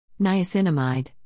Niacinamide